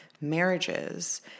marriages